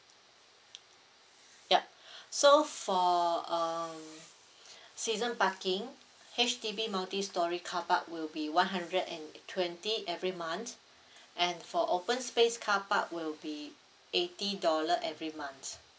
ya so for uh season parking H_D_B multi storey carpark will be one hundred and twenty every month and for open space carpark will be eighty dollar every month